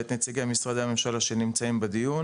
את נציגי משרדי הממשלה שנמצאים בדיון